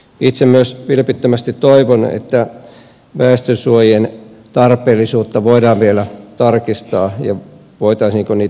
itse myös vilpittömästi toivon että väestönsuojien tarpeellisuutta voidaan vielä tarkistaa ja sitä voitaisiinko niitä vähentää